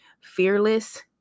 Fearless